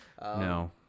No